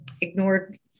ignored